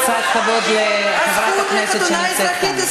קצת כבוד לחברת הכנסת שנמצאת כאן.